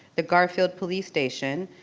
the garfield police station,